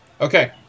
Okay